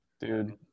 Dude